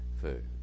food